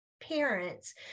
parents